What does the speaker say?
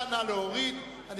סעיף 70, שיכון, לשנת 2010, נתקבל.